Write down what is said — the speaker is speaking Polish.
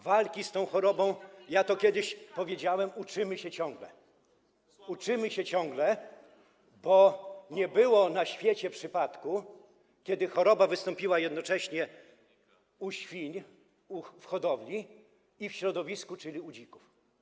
Walki z tą chorobą, ja to kiedyś powiedziałem, uczymy się ciągle - uczymy się ciągle, bo nie było na świecie przypadku, kiedy choroba wystąpiła jednocześnie u świń, w hodowli, i w środowisku, czyli u dzików.